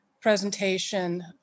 presentation